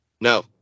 No